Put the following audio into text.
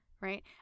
Right